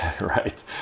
right